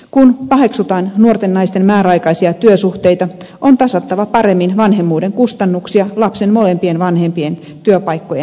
kun paheksutaan nuorten naisten määräaikaisia työsuhteita on tasattava paremmin vanhemmuuden kustannuksia lapsen molempien vanhempien työpaikkojen välillä